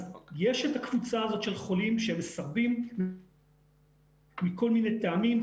יש קבוצה של חולים שהם מסרבים מכל מיני טעמים,